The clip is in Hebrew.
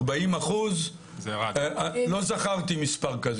40% - לא זכרתי מספר כזה.